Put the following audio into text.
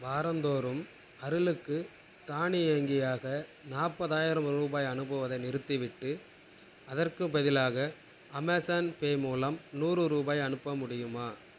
வாரந்தோறும் அருளுக்கு தானியங்கியாக நாற்பதாயிரம் ரூபாய் அனுப்புவதை நிறுத்திவிட்டு அதற்குப் பதிலாக அமேஸான் பே மூலம் நூறு ரூபாய் அனுப்ப முடியுமா